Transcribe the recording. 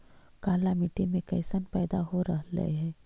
काला मिट्टी मे कैसन पैदा हो रहले है?